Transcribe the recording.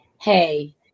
hey